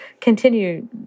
continue